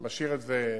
משאיר את זה,